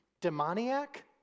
demoniac